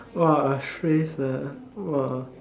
!wah! a trace ah !wah!